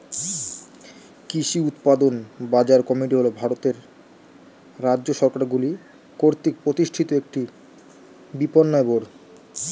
কৃষি উৎপাদন বাজার কমিটি হল ভারতের রাজ্য সরকারগুলি কর্তৃক প্রতিষ্ঠিত একটি বিপণন বোর্ড